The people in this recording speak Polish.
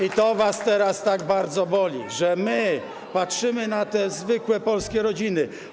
I to was teraz tak bardzo boli, że my patrzymy na te zwykłe polskie rodziny.